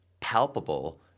palpable